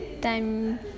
time